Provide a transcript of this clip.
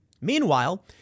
Meanwhile